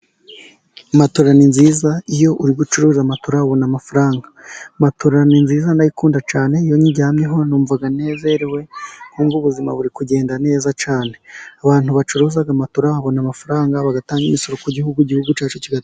Matora ni nziza iyo uri gucuruza matora ubona amafaranga, matora ni nziza ndayikunda cyane iyo nyiryamyeho numva nezerewe nkumva ubuzima buri kugenda neza cyane, abantu bacuruza matora babona amafaranga bagatanga imisoro ku gihugu, igihugu cyacu kigatera imbere.